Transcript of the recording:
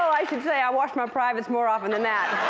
all, i should say, i wash my privates more often than that.